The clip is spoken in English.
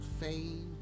fame